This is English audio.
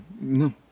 No